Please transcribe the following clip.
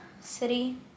city